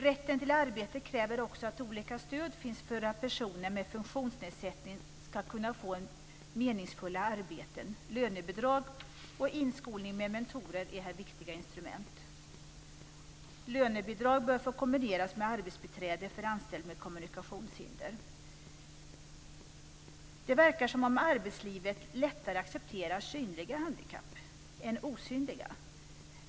Rätten till arbete kräver också att olika stöd finns för att personer med funktionsnedsättning ska kunna få meningsfulla arbeten. Lönebidrag och inskolning med mentorer är här viktiga instrument. Lönebidrag bör få kombineras med arbetsbiträde för anställd med kommunikationshinder. Det verkar som om arbetslivet lättare accepterar synliga handikapp än osynliga.